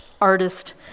artist